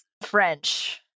French